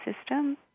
system